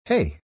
Hey